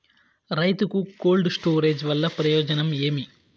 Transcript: రైతుకు cold storage వల్ల ప్రయోజనం ఏమి?